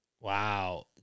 Wow